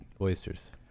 oysters